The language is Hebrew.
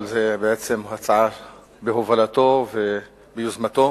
אבל זו בעצם הצעה בהובלתו וביוזמתו.